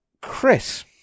Chris